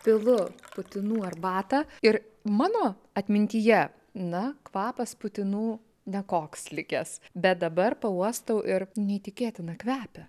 pilu putinų arbatą ir mano atmintyje na kvapas putinų nekoks likęs bet dabar pauostau ir neįtikėtina kvepia